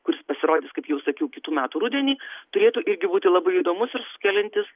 kuris pasirodys kaip jau sakiau kitų metų rudenį turėtų irgi būti labai įdomus ir sukeliantis